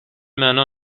معنا